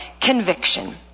conviction